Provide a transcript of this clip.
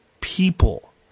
people